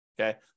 okay